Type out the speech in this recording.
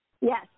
Yes